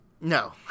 No